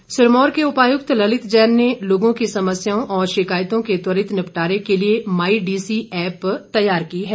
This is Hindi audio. ऐप्प सिरमौर के उपायुक्त ललित जैन ने लोगों की समस्याओं और शिकायतों के त्वरित निपटारे के लिए माई डीसी ऐप्प तैयार की है